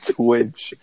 twitch